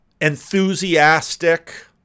enthusiastic